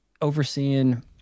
overseeing